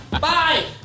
Bye